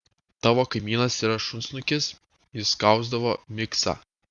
tavo kaimynas yra šunsnukis jis skausdavo miksą